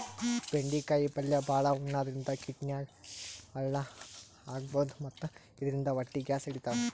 ಬೆಂಡಿಕಾಯಿ ಪಲ್ಯ ಭಾಳ್ ಉಣಾದ್ರಿನ್ದ ಕಿಡ್ನಿದಾಗ್ ಹಳ್ಳ ಆಗಬಹುದ್ ಮತ್ತ್ ಇದರಿಂದ ಹೊಟ್ಟಿ ಗ್ಯಾಸ್ ಹಿಡಿತದ್